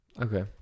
Okay